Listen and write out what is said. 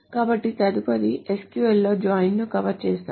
కాబట్టి తదుపరి SQL లో join ను కవర్ చేస్తాము